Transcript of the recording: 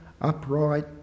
upright